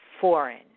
foreign